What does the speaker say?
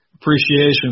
appreciation